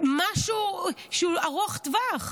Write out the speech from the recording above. משהו שהוא ארוך טווח,